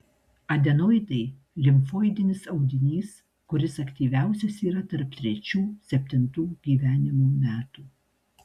adenoidai limfoidinis audinys kuris aktyviausias yra tarp trečių septintų gyvenimo metų